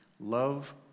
love